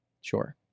Sure